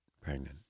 pregnant